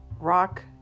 Rock